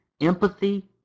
Empathy –